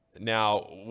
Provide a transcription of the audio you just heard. now